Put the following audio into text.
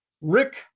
Rick